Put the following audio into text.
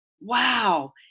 Wow